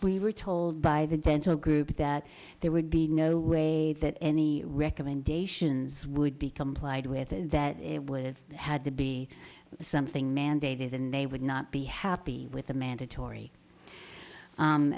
we were told by the dental group that there would be no way that any recommendations would be complied with that it would have had to be something mandated and they would not be happy with the mandatory